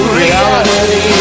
reality